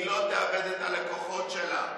היא לא תאבד את הלקוחות שלה,